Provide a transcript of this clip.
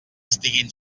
estiguin